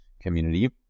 community